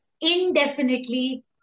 indefinitely